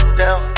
down